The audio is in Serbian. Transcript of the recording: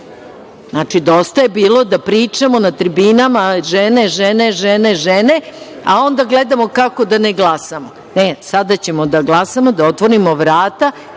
delo. Znači, dosta je bilo da pričamo na tribinama – žene, žene, žene, a onda gledamo kako da ne glasamo. Ne, sada ćemo da glasamo, da otvorimo vrata